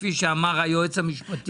כפי שאמר היועץ המשפטי.